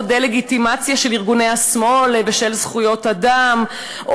דה-לגיטימציה של ארגוני השמאל ושל זכויות אדם,